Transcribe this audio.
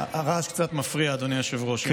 הרעש קצת מפריע, אדוני היושב-ראש.